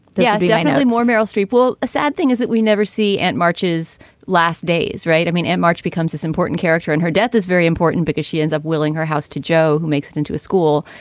yeah yeah natalie moore. meryl streep. well, a sad thing is that we never see at march's last days, right? i mean, and march becomes this important character and her death is very important because she ends up winning her house to joe, who makes it into a school,